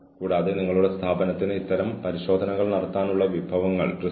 നമ്മൾ ചർച്ച ചെയ്യുന്ന മറ്റൊരു പ്രശ്നം ഹാജരാകാതിരിക്കുന്നതോ അല്ലെങ്കിൽ മോശം ഹാജർ ആണ്